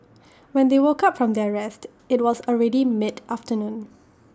when they woke up from their rest IT was already mid afternoon